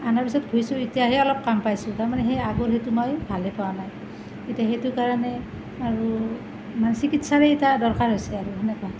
অনাৰ পাছত ঘঁহিছোঁ এতিয়াহে অলপ কম পাইছোঁ তাৰ মানে সেই আগৰ সেইটো মই ভালে পোৱা নাই এতিয়া সেইটোৰ কাৰণে আৰু মানে চিকিৎসাৰে এটা দৰকাৰ হৈছে আৰু মানে মোক